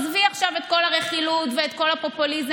עזבי עכשיו את כל הרכילות ואת כל הפופוליזם.